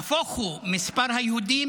הנאצים, אלבניה, נהפוך הוא, מספר היהודים